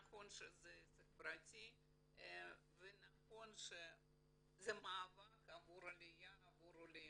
נכון שזה עסק פרטי ונכון שזה מאבק עבור העלייה והעולים,